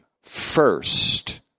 first